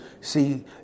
see